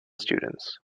students